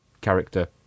character